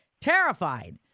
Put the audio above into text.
terrified